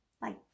Bye